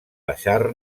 baixar